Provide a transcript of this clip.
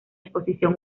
exposición